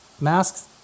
masks